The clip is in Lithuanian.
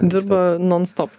dirba non stop